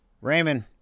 Raymond